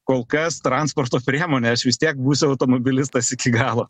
kol kas transporto priemonė aš vis tiek būsiu automobilistas iki galo